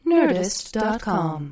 Nerdist.com